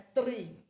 three